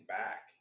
back